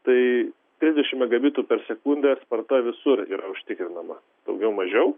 tai trisdešim megabitų per sekundę sparta visur yra užtikrinama daugiau mažiau